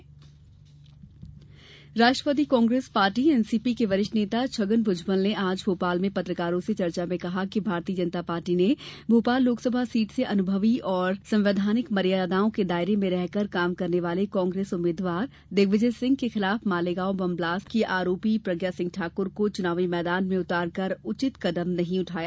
भुजबल Rashtravadi Congress party NCP के वरिष्ठ नेता छगन भुजबल ने आज भोपाल में पत्रकारों से चर्चा में कहा कि भारतीय जनता पार्टी ने भोपाल लोकसभा सीट से अनुभवी और संवैधानिक मर्यादाओं के दायरे में रहकर काम करने वाले कांग्रेस उम्मीद्वार दिग्विजय सिंह के खिलाफ मालेगांव बम विस्फोट की आरोपी प्रज्ञा सिंह ठाकर को चुनाव मैदान में उतारकर उचित कदम नहीं उठाया